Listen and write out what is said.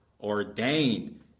ordained